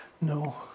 No